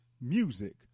music